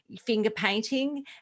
finger-painting